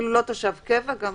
כלומר לא תושב קבע.